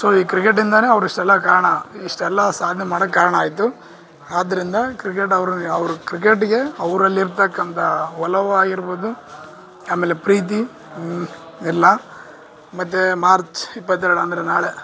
so ಈ ಕ್ರಿಕೆಟಿಂದಾನೆ ಅವ್ರು ಇಷ್ಟೆಲ್ಲಾ ಕಾರಣ ಇಷ್ಟೆಲ್ಲಾ ಸಾಧ್ನೆ ಮಾಡೋಕೆ ಕಾರಣ ಆಯಿತು ಆದ್ರಿಂದ ಕ್ರಿಕೆಟ್ ಅವರು ಅವರು ಕ್ರಿಕೆಟ್ಗೆ ಅವರಲ್ಲಿರ್ತಕ್ಕಂಥ ಒಲವು ಆಗಿರ್ಬೋದು ಆಮೇಲೆ ಪ್ರೀತಿ ಎಲ್ಲ ಮತ್ತು ಮಾರ್ಚ್ ಇಪ್ಪತ್ತೆರಡು ಅಂದರೆ ನಾಳೆ